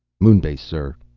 moon base, sir,